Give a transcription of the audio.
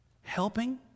Helping